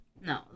No